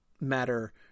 matter